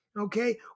okay